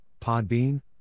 Podbean